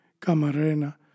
Camarena